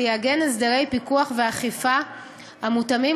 הוא יעגן הסדרי פיקוח ואכיפה המותאמים